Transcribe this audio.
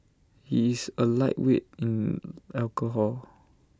he is A lightweight in alcohol